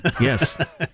Yes